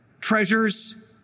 Treasures